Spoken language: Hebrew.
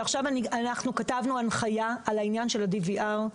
עכשיו כתבנו הנחיה על העניין של ה-DVR.